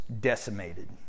decimated